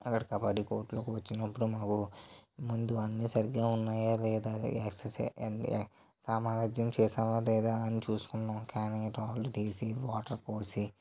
అక్కడ కబడ్డీ కోర్టులో కూర్చునప్పుడు మా ముందుగా అన్నీ సరిగ్గా ఉన్నాయా లేదా ఎస్ఎస్ఏ ఎన్ఏ అన్నీ సమ ఉజ్జీ చేశామా లేదా అని చూసుకున్నాము రాళ్ళు తీసి వాటర్ పోసి